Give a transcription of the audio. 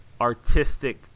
artistic